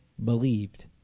Believed